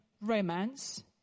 romance